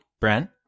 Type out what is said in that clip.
Brent